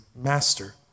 master